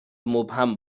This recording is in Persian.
مبهم